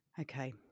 Okay